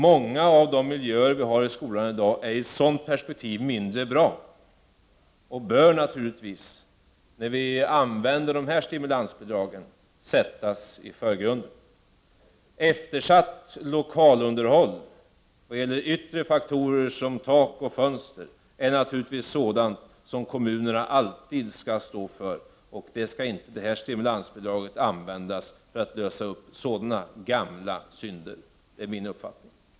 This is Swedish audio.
Många av de miljöer som vi har i skolan i dag är i ett sådant perspektiv mindre bra och bör naturligtvis, när vi använder stimulansbidraget, sättas i förgrunden. Eftersatt lokalunderhåll då det gäller yttre faktorer, som tak och fönster, är naturligtvis sådant som kommunerna alltid skall stå för. Stimulansbidragen skall inte användas för att lösa upp sådana gamla synder. Det är min uppfattning.